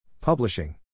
Publishing